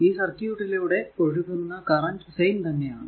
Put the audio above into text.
ഈ സർക്യൂട് ലൂടെ ഒഴുകുന്ന കറന്റ് സെയിം തന്നെ ആണ്